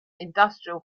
industrial